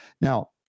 now